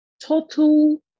total